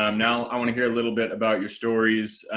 um now i want to hear a little bit about your stories.